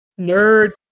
nerd